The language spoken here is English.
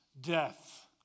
death